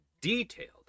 detailed